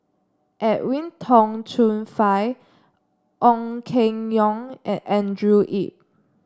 Edwin Tong Chun Fai Ong Keng Yong and Andrew Yip